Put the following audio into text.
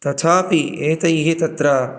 तथापि एतैः तत्र